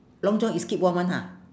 long john is keep warm [one] ha